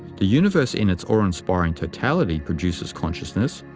the universe in its awe-inspiring totality produces consciousness,